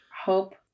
hope